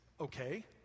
Okay